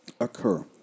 occur